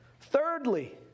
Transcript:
Thirdly